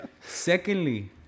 Secondly